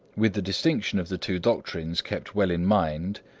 with the distinction of the two doctrines kept well in mind,